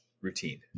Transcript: routine